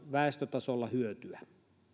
väestötasolla hyötyä